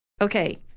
Okay